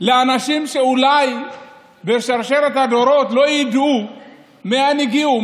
לאנשים שאולי בשרשרת הדורות לא ידעו מאין הגיעו,